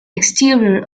exterior